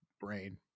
brain